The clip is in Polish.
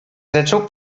rzeczą